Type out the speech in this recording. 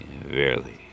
verily